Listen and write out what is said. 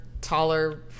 taller